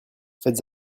faites